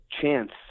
chance